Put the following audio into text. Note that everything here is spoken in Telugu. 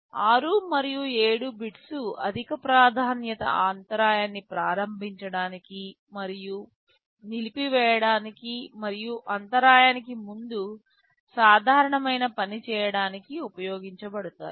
6 మరియు 7 బిట్స్ అధిక ప్రాధాన్యత అంతరాయాన్ని ప్రారంభించడానికి మరియు నిలిపివేయడానికి మరియు అంతరాయానికి ముందు సాధారణమైన పనిచేయడానికి ఉపయోగించబడతాయి